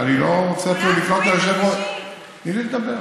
אני לא רוצה אפילו לפנות ליושב-ראש, תני לי לדבר,